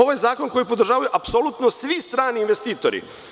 Ovo je zakon koji podržavaju apsolutno svi strani investitori.